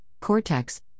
cortex